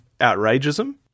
outrageism